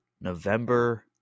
November